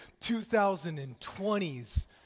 2020s